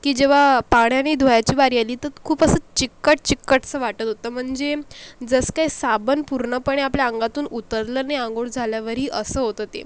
की जेव्हा पाण्यानी धुवायची बारी आली तर खूप असं चिकट चिकटस वाटत होतं म्हणजे जसं काही साबण पूर्णपणे आपल्या आंगातून उतरलं नाही आंगुड झाल्यावरी असं होतं ते